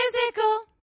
physical